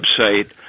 website